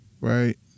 right